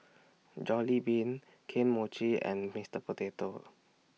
Jollibean Kane Mochi and Mister Potato